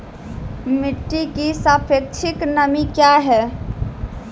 मिटी की सापेक्षिक नमी कया हैं?